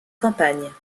campagne